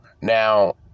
Now